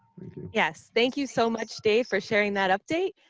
yes. thank you so much, dave, for sharing that update.